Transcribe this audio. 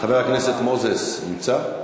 חבר הכנסת מוזס נמצא?